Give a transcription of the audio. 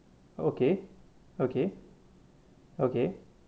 okay okay okay